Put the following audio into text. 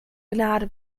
gnade